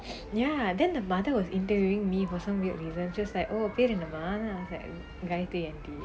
ya then the mother was interviewing me for some weird reason just like oh பெரு என்னமா:peru ennamaa gayathri auntie